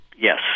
Yes